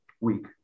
week